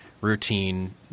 routine